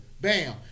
bam